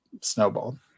snowballed